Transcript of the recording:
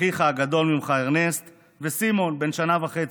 אחיך הגדול ממך ארנסט וסימון, בן שנה וחצי.